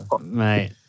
Mate